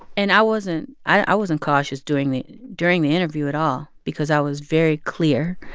and i wasn't i wasn't cautious during the during the interview at all because i was very clear,